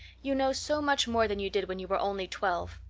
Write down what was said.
you know so much more than you did when you were only twelve.